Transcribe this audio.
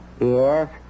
Yes